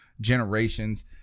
generations